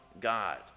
God